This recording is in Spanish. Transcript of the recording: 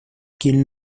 quien